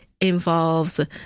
involves